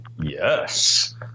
yes